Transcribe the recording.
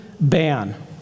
ban